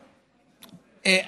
איזה עם?